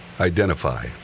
identify